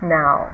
now